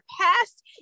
past